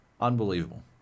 unbelievable